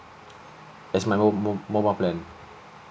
as my mo~ mo~ mobile plan